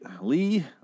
Lee